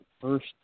first